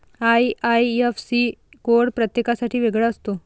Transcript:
IIFC code प्रत्येकासाठी वेगळा असतो